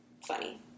funny